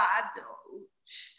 adults